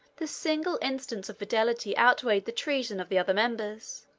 the single instance of fidelity outweighed the treason of the other members,